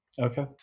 Okay